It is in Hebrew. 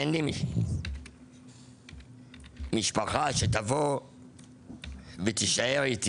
אין לי משפחה שתבוא ותישאר איתי